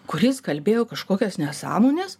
kuris kalbėjo kažkokias nesąmones